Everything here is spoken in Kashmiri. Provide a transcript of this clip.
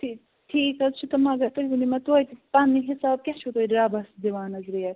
ٹھیٖک ٹھیٖک حظ چھُ تہٕ مگر تُہۍ ؤنِو مےٚ تۄتہِ پننہِ حِساب کیاہ چھُو تُہۍ ڈَبس دِوان حظ ریٹ